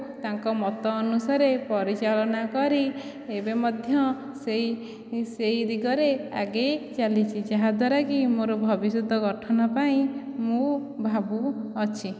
ତାଙ୍କ ମତ ଅନୁସାରେ ପରିଚାଳନା କରି ଏବେ ମଧ୍ୟ ସେହି ସେହି ଦିଗରେ ଆଗେଇ ଚାଲିଛି ଯାହା ଦ୍ୱାରା କି ମୋର ଭବିଷ୍ୟତ ଗଠନ ପାଇଁ ମୁଁ ଭାବୁ ଅଛି